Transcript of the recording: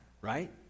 Right